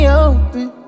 open